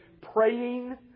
praying